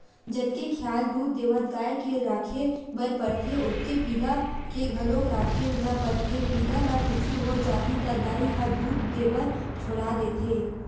जतके खियाल दूद देवत गाय के राखे बर परथे ओतके पिला के घलोक राखे ल परथे पिला ल कुछु हो जाही त दाई ह दूद देबर छोड़ा देथे